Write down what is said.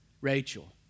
Rachel